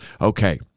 Okay